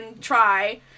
try